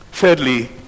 Thirdly